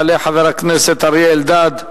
יעלה חבר הכנסת אריה אלדד,